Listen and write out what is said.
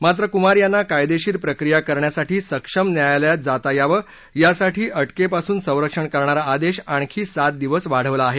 मात्र कुमार यांना कायदेशीर प्रक्रिया करण्यासाठी सक्षम न्यायालयात जाता यावं यासाठी अटकेपासून संरक्षण करणारा आदेश आणखी सात दिवस वाढवला आहे